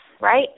right